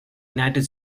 united